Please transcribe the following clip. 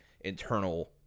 internal